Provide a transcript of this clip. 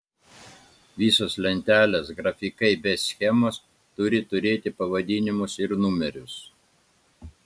visos lentelės grafikai bei schemos turi turėti pavadinimus ir numerius